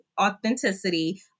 authenticity